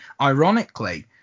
Ironically